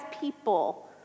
people